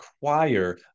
require